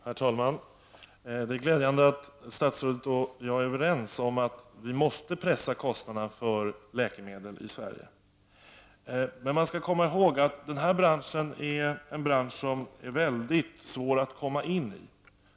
Herr talman! Det är glädjande att statsrådet och jag är överens om att vi måste pressa kostnaderna för läkemedel i Sverige. Men man skall komma ihåg att denna bransch är en bransch som är mycket svår att komma in i.